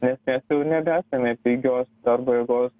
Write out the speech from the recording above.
nes mes jau nebesame pigios darbo jėgos